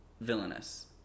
villainous